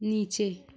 नीचे